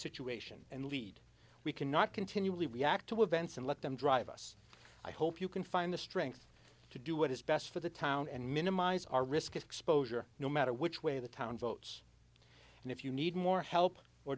situation and lead we cannot continually react to events and let them drive us i hope you can find the strength to do what is best for the town and minimize our risk exposure no matter which way the town votes if you need more help or